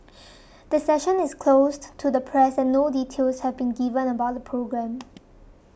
the session is closed to the press and no details have been given about the programme